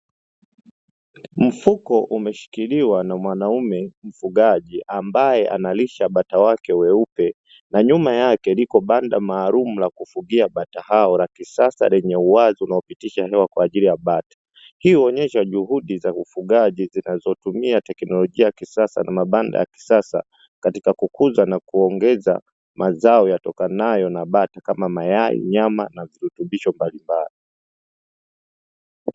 Mfuko umeshikiliwa na mwanaume mfugaji, ambaye analisha bata wake weupe, na nyuma yake lipo banda maalumu la kufugia bata hao la kisasa lenye uwazi unaopitisha hewa kwa ajili ya bata, hivyo huonyesha juhudi za ufugaji zinazotumia teknolojia ya kisasa na mabanda ya kisasa, katika kukuza na kuongeza mazao yatokanayo na bata kama mayai, nyama na virutubisho mbalimbali.